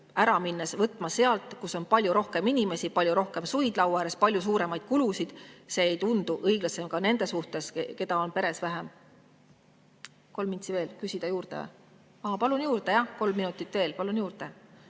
ära võtma sealt, kus on palju rohkem inimesi, palju rohkem suid laua ääres, palju suuremad kulud. See ei tundu õiglasem ka nende suhtes, keda on peres vähem. Kolm mintsi veel. Küsida juurde või? Aa, palun juurde, jah. Kolm minutit veel, palun juurde.